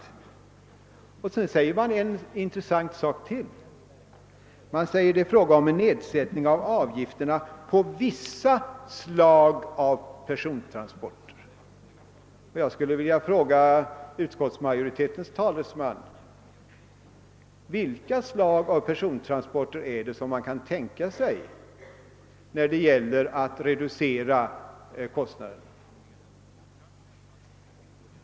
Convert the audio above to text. Vidare gör utskottsmajoriteten ett annat intressant uttalande. Man säger att det är fråga om en nedsättning av avgifterna för vissa slag av persontransporter. Jag skulle vilja fråga utskottsmajoritetens talesman: Vilka slag av persontransporter är det man tänker på när det gäller att reducera kostnaderna?